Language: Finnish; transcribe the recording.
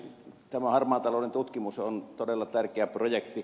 tämä harmaan talouden tutkimus on todella tärkeä projekti